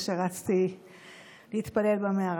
רצתי להתפלל במערה.